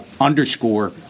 underscore